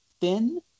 thin